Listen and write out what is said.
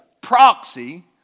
proxy